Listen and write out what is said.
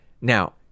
Now